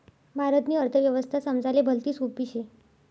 भारतनी अर्थव्यवस्था समजाले भलती सोपी शे